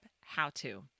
how-to